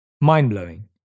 Mind-blowing